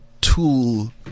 tool